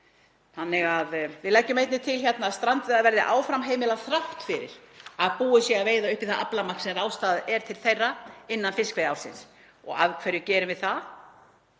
óþurftar. Við leggjum einnig til að strandveiðar verði áfram heimilar þrátt fyrir að búið sé að veiða upp í það aflamark sem ráðstafað er til þeirra innan fiskveiðiársins. Og af hverju gerum við það?